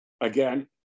again